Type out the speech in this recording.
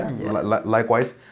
Likewise